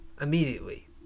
Immediately